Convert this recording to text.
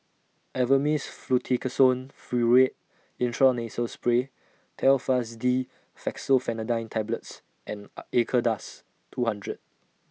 Avamys Fluticasone Furoate Intranasal Spray Telfast D Fexofenadine Tablets and Acardust two hundred